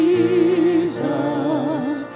Jesus